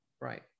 right